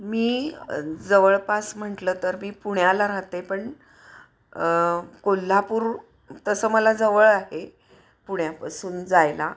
मी जवळपास म्हटलं तर मी पुण्याला राहते पण कोल्हापूर तसं मला जवळ आहे पुण्यापासून जायला